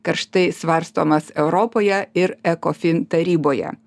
karštai svarstomas europoje ir ekofin taryboje